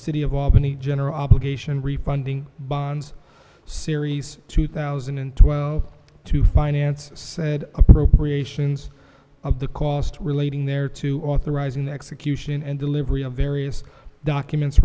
city of albany general obligation refunding bonds series two thousand and twelve to finance said appropriations of the cost relating there to authorizing the execution and delivery of various documents